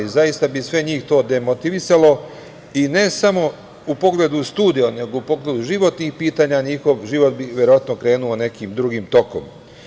Zaista bi to njih sve demotivisalo i ne samo u pogledu studija, nego u pogledu životnih pitanja, njihov život bi verovatno krenuo nekim drugim tokom.